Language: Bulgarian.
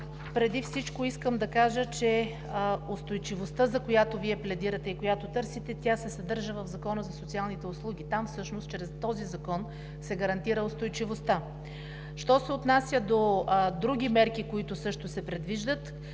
преди всичко искам да кажа, че устойчивостта, за която Вие пледирате и която търсите, се съдържа в Закона за социалните услуги. Там всъщност чрез този закон се гарантира устойчивостта. Що се отнася до други мерки, които също се предвиждат